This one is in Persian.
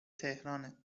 تهرانه